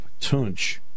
Tunch